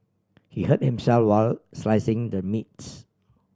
he hurt while slicing the meats